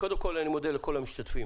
קודם כל אני מודה לכל המשתתפים,